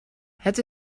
het